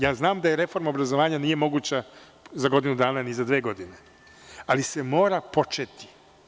Ja znam da reforma obrazovanja nije moguća za godinu dana ni za dve godine, ali se mora početi.